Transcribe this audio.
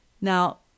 Now